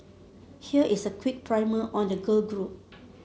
here is a quick primer on the girl group